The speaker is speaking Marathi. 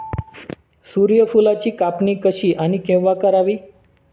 सूर्यफुलाची कापणी कशी आणि केव्हा करावी?